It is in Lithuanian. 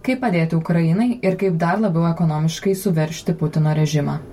kaip padėti ukrainai ir kaip dar labiau ekonomiškai suveržti putino režimą